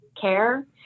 care